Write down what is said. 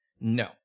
No